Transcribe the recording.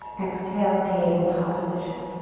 exhale, tabletop position.